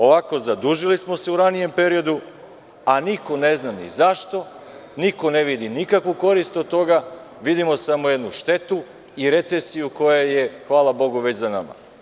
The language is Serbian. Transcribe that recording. Ovako, zadužili smo se u ranijem periodu, a niko ne zna ni zašto, niko ne vidi nikakvu korist od toga, vidimo samo jednu štetu i recesiju koja je, hvala Bogu, već za nama.